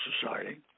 Society